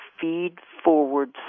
feed-forward